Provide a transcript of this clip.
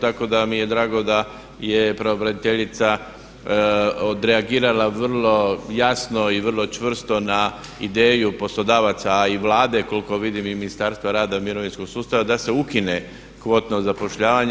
Tako da mi je drago da je pravobraniteljica odreagirala vrlo jasno i vrlo čvrsto na ideju poslodavaca a i Vlade koliko vidi i Ministarstva rada i mirovinskog sustava da se ukine kvotno zapošljavanje.